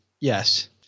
Yes